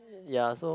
ya so